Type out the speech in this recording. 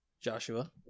joshua